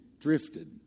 drifted